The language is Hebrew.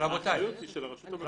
שהאחריות היא של הרשות המקומית.